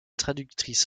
traductrice